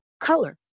color